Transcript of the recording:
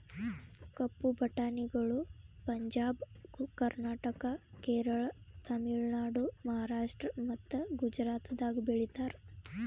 ಕಪ್ಪು ಬಟಾಣಿಗಳು ಪಂಜಾಬ್, ಕರ್ನಾಟಕ, ಕೇರಳ, ತಮಿಳುನಾಡು, ಮಹಾರಾಷ್ಟ್ರ ಮತ್ತ ಗುಜರಾತದಾಗ್ ಬೆಳೀತಾರ